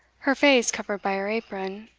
her face covered by her apron,